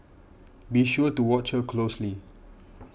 be sure to watch her closely